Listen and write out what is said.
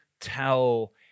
tell